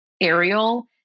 aerial